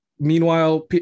Meanwhile